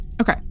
Okay